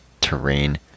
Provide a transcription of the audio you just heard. terrain